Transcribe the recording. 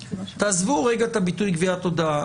תעזבו לרגע את הביטוי גביית הודעה.